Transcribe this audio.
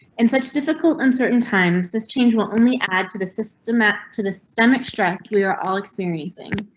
in such difficult, uncertain times, this change will only add to the system app to the systemic stress we are all experiencing.